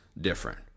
different